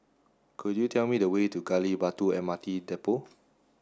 could you tell me the way to Gali Batu M R T Depot